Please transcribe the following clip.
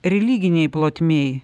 religinėj plotmėj